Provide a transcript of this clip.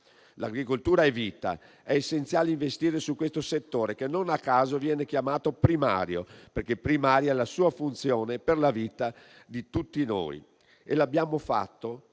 L'agricoltura è vita ed è essenziale investire su questo settore, che non a caso viene chiamato primario, perché primaria è la sua funzione per la vita di tutti noi. Lo abbiamo fatto,